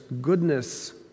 goodness